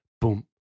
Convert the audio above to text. boom